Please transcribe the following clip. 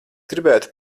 gribētu